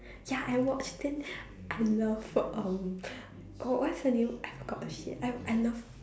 ya I watch then I love what um w~ what's her name I forgot shit I I love